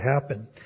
happen